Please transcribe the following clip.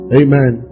amen